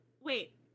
wait